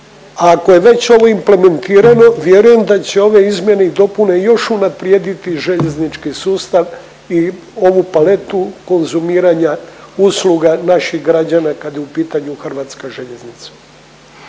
Ako je već ovo implementirano vjerujem da će ove izmjene i dopune još unaprijediti željeznički sustav i ovu paletu konzumiranja usluga naših građana kada je u pitanju hrvatska željeznica.